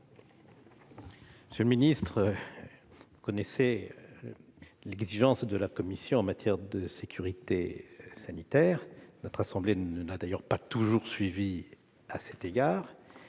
Monsieur le ministre, vous connaissez l'exigence de notre commission en matière de sécurité sanitaire. Notre assemblée ne l'a d'ailleurs pas toujours suivie à cet égard.